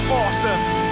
awesome